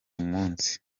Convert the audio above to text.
munsi